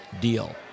deal